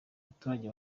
abaturage